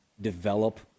develop